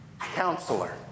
counselor